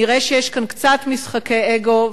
נראה שיש כאן קצת משחקי אגו,